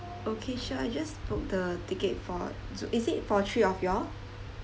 okay sure I just book the ticket for is it for three of your